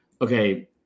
okay